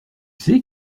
sais